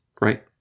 right